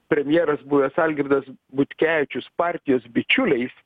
premjeras buvęs algirdas butkevičius partijos bičiuliais